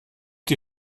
die